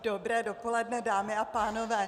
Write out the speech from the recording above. Dobré dopoledne, dámy a pánové.